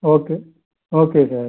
okay okay sir